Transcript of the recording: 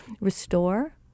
restore